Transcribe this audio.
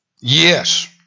yes